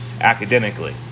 academically